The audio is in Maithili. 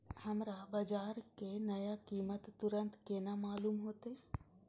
हमरा बाजार के नया कीमत तुरंत केना मालूम होते?